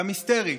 גם היסטרית.